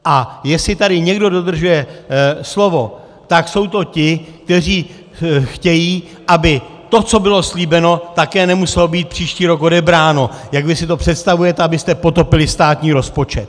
A jestli tady někdo dodržuje slovo, tak jsou to ti, kteří chtějí, aby to, co bylo slíbeno, také nemuselo být příští rok odebráno, jak vy si to představujete, abyste potopili státní rozpočet.